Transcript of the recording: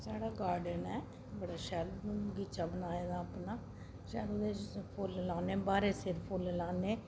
साढ़ा गार्डन ऐ बड़ा शैल बगीचा बनाए दा अपना जानी अस फुल्ल लान्ने ब्हारें सेर फुल्ल लान्ने